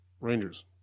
Rangers